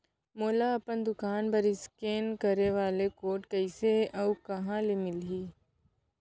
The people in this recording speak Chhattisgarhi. मोला अपन दुकान बर इसकेन करे वाले कोड कइसे अऊ कहाँ ले मिलही?